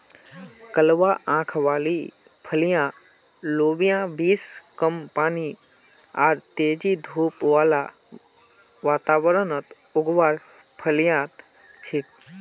कलवा आंख वाली फलियाँ लोबिया बींस कम पानी आर तेज धूप बाला वातावरणत उगवार फलियां छिके